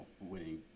winning